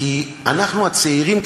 כי אנחנו הצעירים,